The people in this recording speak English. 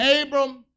Abram